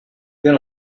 going